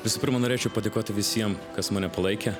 visų pirma norėčiau padėkoti visiem kas mane palaikė